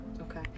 Okay